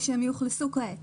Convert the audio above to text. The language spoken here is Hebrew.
ושהם יאוכלסו כעת,